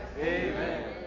Amen